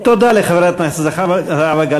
תודה לחברת הכנסת זהבה גלאון.